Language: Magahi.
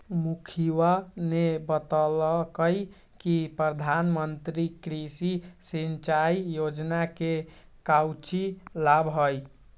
मुखिवा ने बतल कई कि प्रधानमंत्री कृषि सिंचाई योजना के काउची लाभ हई?